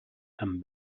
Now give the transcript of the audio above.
amb